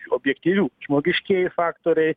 objektyvių žmogiškieji faktoriai